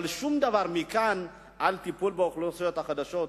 אבל שום דבר מכאן על טיפול באוכלוסיות החלשות,